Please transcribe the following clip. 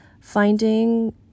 finding